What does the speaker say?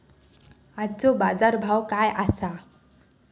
आजचो बाजार भाव काय आसा?